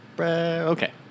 Okay